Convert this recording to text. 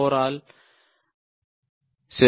4 all 0